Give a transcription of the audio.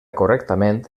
correctament